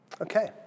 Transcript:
Okay